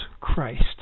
Christ